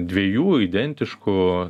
dviejų identiškų